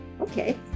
Okay